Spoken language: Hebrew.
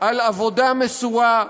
על עבודה מסורה,